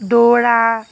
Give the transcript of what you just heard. দৌৰা